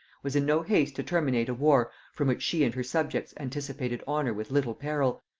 was in no haste to terminate a war from which she and her subjects anticipated honor with little peril,